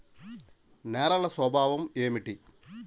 నేలల స్వభావం ఏమిటీ?